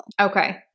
okay